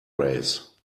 race